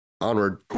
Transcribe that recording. Onward